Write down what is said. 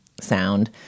sound